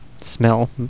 smell